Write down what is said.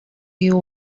you